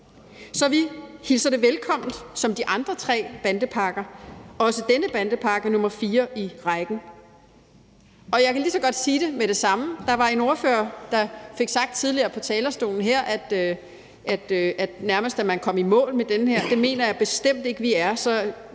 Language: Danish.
Så vi hilser den velkommen som de andre 3 bandepakker, altså denne bandepakke nr. 4 i rækken. Jeg kan lige så godt sige det med det samme, at når der var en ordfører, der tidligere fra talerstolen her fik sagt, at man nærmest kom i mål med den her, mener jeg bestemt ikke det er